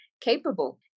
capable